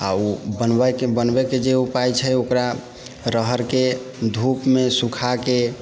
आ ओ बनबैके जे उपाय छै ओकरा रहरके धूपमे सूखाके